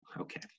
Okay